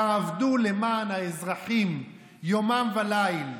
תעבדו למען האזרחים יומם וליל.